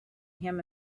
him